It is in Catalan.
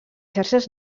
xarxes